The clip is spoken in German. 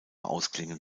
ausklingen